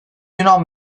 yunan